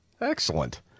Excellent